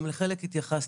גם לחלק התייחסתי.